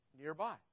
nearby